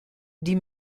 die